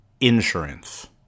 Insurance